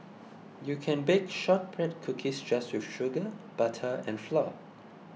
you can bake Shortbread Cookies just with sugar butter and flour